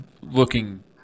looking